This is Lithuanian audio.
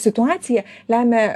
situacija lemia